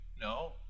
No